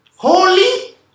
Holy